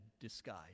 disguise